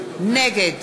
נגד